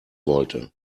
wollte